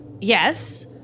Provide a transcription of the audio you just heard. yes